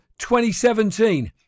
2017